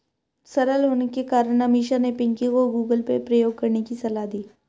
सरल होने के कारण अमीषा ने पिंकी को गूगल पे प्रयोग करने की सलाह दी